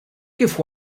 kif